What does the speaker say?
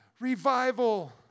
Revival